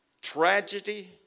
tragedy